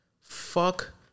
Fuck